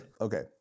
Okay